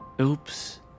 Oops